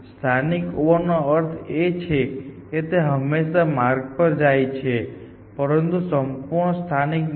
સ્થાનિક હોવાનો અર્થ એ છે કે તે હંમેશાં માર્ગ પર જાય છે પરંતુ તે સંપૂર્ણપણે સ્થાનિક નથી